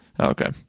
okay